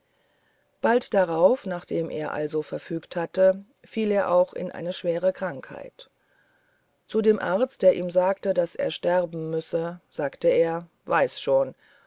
bald darauf nachdem er also verfügt hatte fiel er auch in eine schwere krankheit zu dem arzt der ihm sagte daß er sterben müsse sagte er ich weiß schon